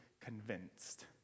convinced